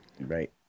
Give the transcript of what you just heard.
right